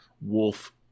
wolf